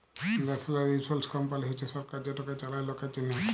national ইলসুরেলস কমপালি হছে সরকার যেটকে চালায় লকের জ্যনহে